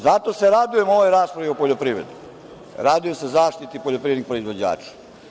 Zato se radujem ovoj raspravi o poljoprivredi, radujem se zaštiti poljoprivrednih proizvođača.